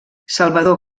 salvador